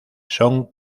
son